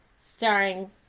starring